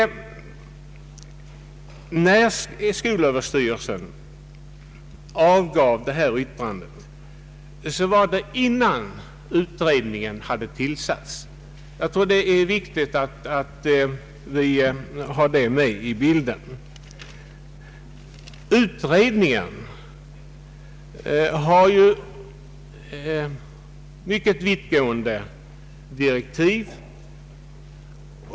— att skolöverstyrelsen avgav sitt yttrande innan utredningen hade tillsatts. Jag tror att det är riktigt att vi har den saken med i bilden. Utredningen har mycket vittgående direktiv.